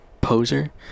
poser